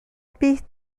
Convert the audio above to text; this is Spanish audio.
pis